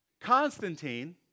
Constantine